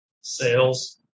Sales